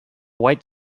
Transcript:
white